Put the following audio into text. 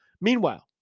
Meanwhile